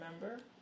remember